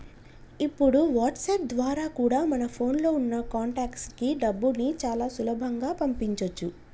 ఇప్పుడు వాట్సాప్ ద్వారా కూడా మన ఫోన్ లో ఉన్న కాంటాక్ట్స్ కి డబ్బుని చాలా సులభంగా పంపించొచ్చు